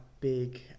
big